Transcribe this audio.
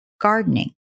gardening